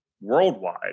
worldwide